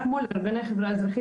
לעבוד מול ארגוני חברה אזרחית,